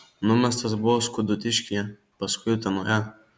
numestas buvo skudutiškyje paskui utenoje